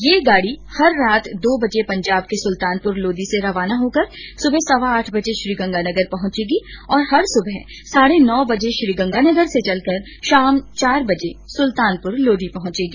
ये गाड़ी हर रात दो बजे पंजाब के सुल्तानपुर लोदी से रवाना होकर सुबह सवा आठ बजे श्रीगंगानगर पहुंचेगी और हर सुबह साढ़े नौ बजे श्रीगंगानगर से चलकर शाम चार बजे सुल्तानपुर लोदी पहुंचेगी